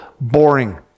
boring